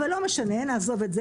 אבל לא משנה, נעזוב את זה.